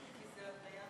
כי זה הבניית